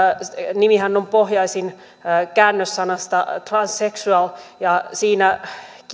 nimihän on pohjaisin käännössanasta transsexual ja siinä